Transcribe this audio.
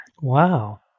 Wow